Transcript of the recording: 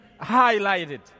highlighted